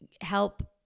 help